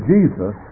Jesus